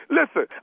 Listen